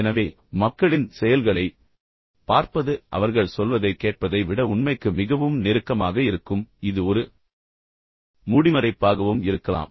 எனவே மக்களின் செயல்களைப் பார்ப்பது அவர்கள் சொல்வதைக் கேட்பதை விட உண்மைக்கு மிகவும் நெருக்கமாக இருக்கும் இது ஒரு மூடிமறைப்பாகவும் இருக்கலாம்